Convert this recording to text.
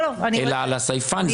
אלא על הסייפן.